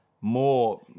more